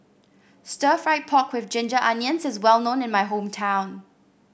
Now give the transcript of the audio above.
Stir Fried Pork with Ginger Onions is well known in my hometown